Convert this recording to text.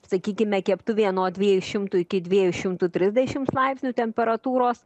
sakykime keptuvė nuo dviejų šimtų iki dviejų šimtų trisdešims laipsnių temperatūros